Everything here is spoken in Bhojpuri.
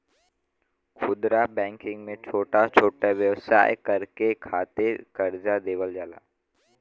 खुदरा बैंकिंग में छोटा छोटा व्यवसाय करे के खातिर करजा देवल जाला